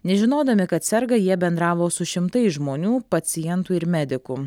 nežinodami kad serga jie bendravo su šimtais žmonių pacientų ir medikų